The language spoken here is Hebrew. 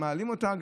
שמעלים אותה,